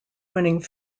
winning